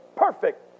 perfect